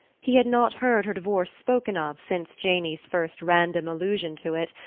he had not heard her divorce spoken of since janey's first random allusion to it,